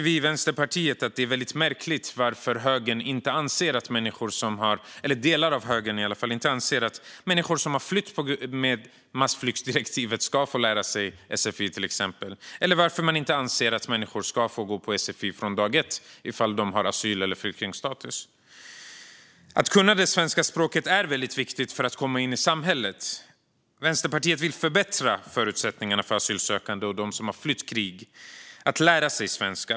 Vi i Vänsterpartiet tycker att det är väldigt märkligt att delar av högern inte anser att människor som har flytt enligt massflyktsdirektivet ska få läsa på sfi till exempel, eller varför man inte anser att människor ska få gå på sfi från dag ett ifall de har asyl eller flyktingstatus. Att kunna det svenska språket är väldigt viktigt för att komma in i samhället. Vänsterpartiet vill förbättra förutsättningarna för asylsökande och de som har flytt från krig att lära sig svenska.